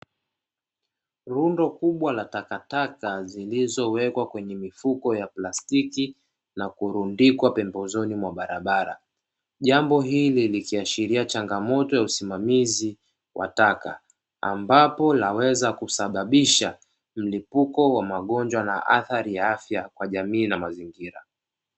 Rundo kubwa la takataka zilizowekwa kwenye mifuko ya plastiki na kurudikwa pembezoni mwa barabara, jambo hili likiashiria changamoto ya usimamizi wa taka ambapo laweza kusababisha mlipuko wa magonjwa na athari ya afya kwa jamii na mazingira.